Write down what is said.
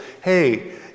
hey